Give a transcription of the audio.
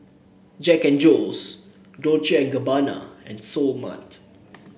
Jack And Jones Dolce and Gabbana and Seoul Mart